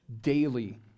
daily